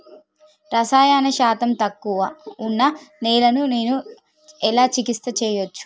రసాయన శాతం తక్కువ ఉన్న నేలను నేను ఎలా చికిత్స చేయచ్చు?